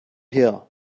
here